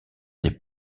des